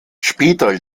später